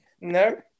No